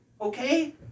Okay